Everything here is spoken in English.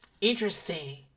interesting